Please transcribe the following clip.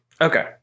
Okay